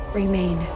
remain